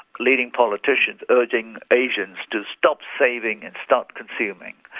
leading politicians, urging asians to stop saving and start consuming,